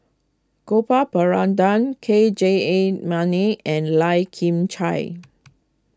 Gopal Baratham K Jayamani and Lai Kim Chai